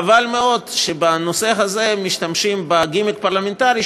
חבל מאוד שבנושא הזה משתמשים בגימיק פרלמנטרי,